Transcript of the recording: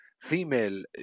female